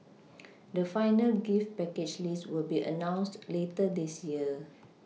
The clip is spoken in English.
the final gift package list will be announced later this year